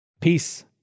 Peace